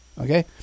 Okay